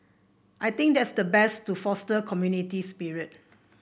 I think that's the best to foster community spirit